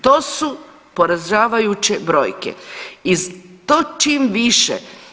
To su poražavajuće brojke iz to čim više.